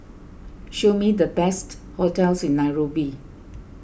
show me the best hotels in Nairobi